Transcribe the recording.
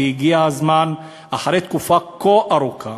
והגיע הזמן, אחרי תקופה כה ארוכה,